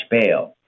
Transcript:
bail